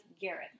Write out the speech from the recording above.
Garrett